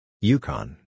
Yukon